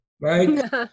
right